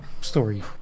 story